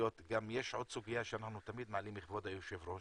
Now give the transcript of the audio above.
יש עוד סוגיה שאנחנו תמיד מעלים, כבוד היושב ראש,